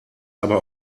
aber